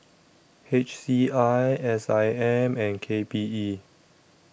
H C I S I M and K P E